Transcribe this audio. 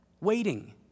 Waiting